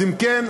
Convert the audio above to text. אם כן,